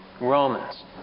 Romans